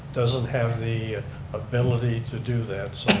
doesn't have the ability to do that.